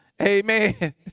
Amen